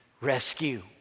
rescue